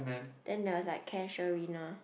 then there was like casuarina